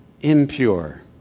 impure